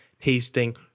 tasting